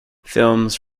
films